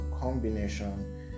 combination